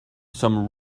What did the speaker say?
some